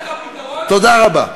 תודה רבה.